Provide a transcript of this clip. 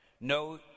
No